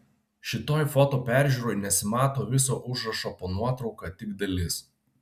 šitoj foto peržiūroj nesimato viso užrašo po nuotrauka tik dalis